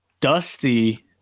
dusty